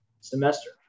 semester